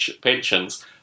pensions